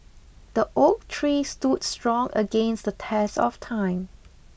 the oak tree stood strong against the test of time